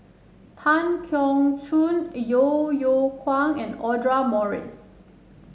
Tan Keong Choon Yeo Yeow Kwang and Audra Morrice